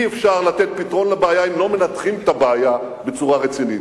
אי-אפשר לתת פתרון לבעיה אם לא מנתחים את הבעיה בצורה רצינית.